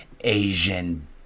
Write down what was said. asian